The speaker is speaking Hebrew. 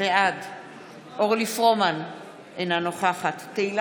בעד אורלי פרומן, אינה נוכחת תהלה